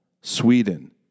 Sweden